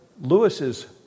Lewis's